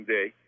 Day